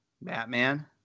Batman